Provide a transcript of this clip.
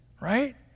right